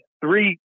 three